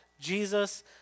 Jesus